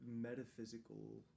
metaphysical